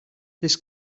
this